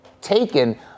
taken